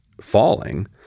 falling